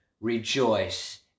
rejoice